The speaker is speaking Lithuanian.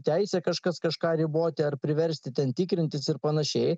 teisę kažkas kažką riboti ar priversti ten tikrintis ir panašiai